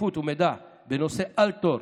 שקיפות ומידע בנושא אל-תור,